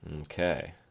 Okay